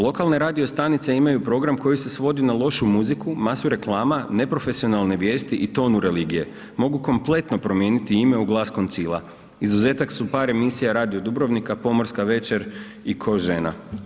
Lokalne radio stanice imaju program koji se svodi na lošu muziku, masu reklama, neprofesionalne vijesti i tonu religije, mogu kompletno promijeniti ime u Glas Koncila, izuzetak su par emisija Radio Dubrovnika, Pomorska večer i Ko žena.